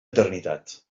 eternitat